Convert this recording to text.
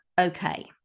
Okay